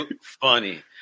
funny